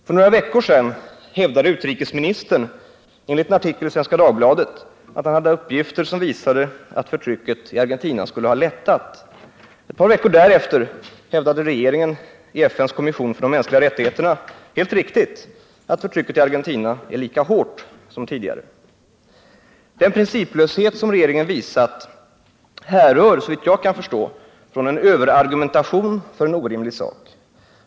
För några veckor sedan hävdade utrikesministern enligt en artikel i Svenska Dagbladet att han hade uppgifter som visade att förtrycket i Argentina skulle ha lättat. Ett par veckor därefter hävdade regeringen i FN:s kommission för de mänskliga rättigheterna helt riktigt att förtrycket i Argentina är lika hårt som tidigare. Den principlöshet som regeringen visat härrör såvitt jag kan förstå från en överargumentation för en orimlig sak.